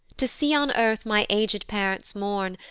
to see on earth my aged parents mourn,